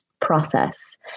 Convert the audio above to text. process